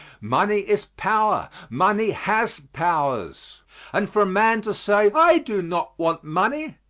money is power money has powers and for a man to say, i do not want money,